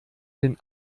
den